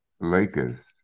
Lakers